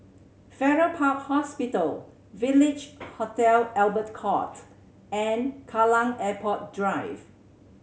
Farrer Park Hospital Village Hotel Albert Court and Kallang Airport Drive